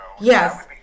Yes